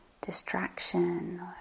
distraction